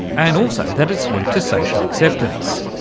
and also that it's linked to social acceptance.